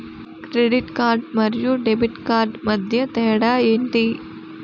Credit card మరియు debit card మధ్య తేడా ఎంటి?